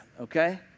okay